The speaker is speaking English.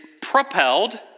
propelled